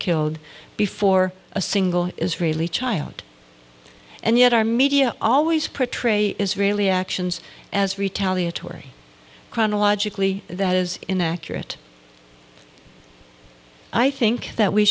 killed before a single israeli child and yet our media always portrayed israeli actions as retaliatory chronologically that is inaccurate i think that we